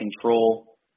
control